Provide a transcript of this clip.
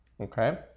Okay